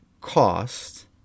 cost